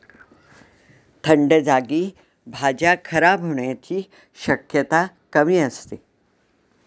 थंड जागी भाज्या खराब होण्याची शक्यता कमी असते